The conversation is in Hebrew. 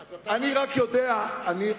חיים,